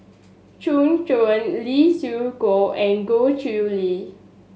Gu Juan Lee Siew Choh and Goh Chiew Lye